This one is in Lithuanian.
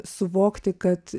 suvokti kad